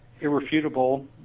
Irrefutable